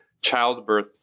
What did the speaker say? childbirth